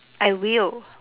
I will